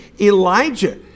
elijah